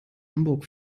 hamburg